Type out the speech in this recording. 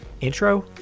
intro